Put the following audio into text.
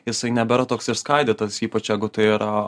jisai nebėra toks išskaidytas ypač jeigu tai yra